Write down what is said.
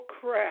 crap